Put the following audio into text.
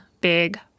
big